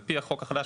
על פי החוק החדש,